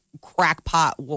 crackpot